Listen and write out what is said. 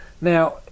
Now